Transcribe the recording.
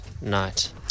night